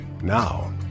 Now